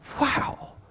wow